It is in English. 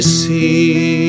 see